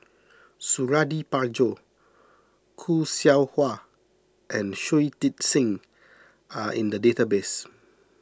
Suradi Parjo Khoo Seow Hwa and Shui Tit Sing are in the database